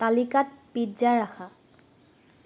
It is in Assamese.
তালিকাত পিজ্জা ৰাখা